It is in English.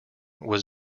was